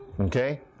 okay